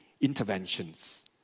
interventions